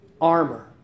armor